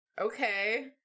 Okay